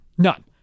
None